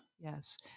Yes